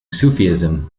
sufism